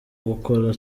gukora